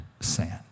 Sand